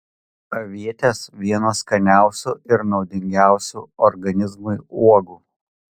avietės vienos skaniausių ir naudingiausių organizmui uogų